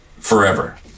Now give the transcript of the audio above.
forever